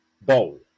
bowl